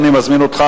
אני מזמין אותך,